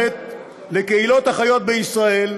ההצעה מאפשרת לקהילות החיות בישראל,